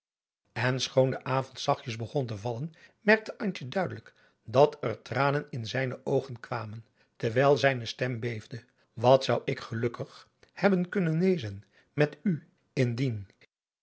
en schoon de avond zachtjes begon te vallen merkte antje duidelijk dat er tranen in zijne oogen kwamon terwijl zijne stem beefde wat zou ik gelukkig hebben kunnen wezen met u indien